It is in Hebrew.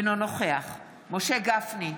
אינו נוכח משה גפני,